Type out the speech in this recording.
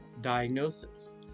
diagnosis